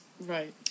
Right